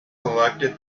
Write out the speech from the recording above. selected